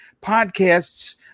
podcasts